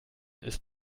ist